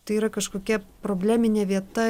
tai yra kažkokia probleminė vieta